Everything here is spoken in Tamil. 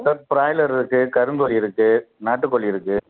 சார் ப்ராய்லர் இருக்கு கருங்கோழி இருக்கு நாட்டுக்கோழி இருக்கு